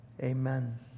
Amen